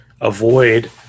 avoid